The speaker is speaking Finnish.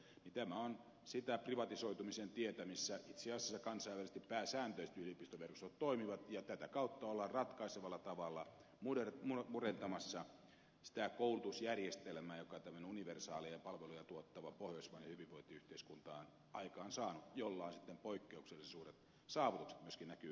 tämä on sitä privatisoitumisen tietä millä itse asiassa kansainvälisesti pääsääntöisesti yliopistoverkostot toimivat ja tätä kautta ollaan ratkaisevalla tavalla murentamassa sitä koulutusjärjestelmää jonka tämmöinen universaali ja palveluja tuottava pohjoismainen hyvinvointiyhteiskunta on aikaansaanut jolla on poikkeuksellisen suuret saavutukset mikä myöskin näkyy kansainvälisesti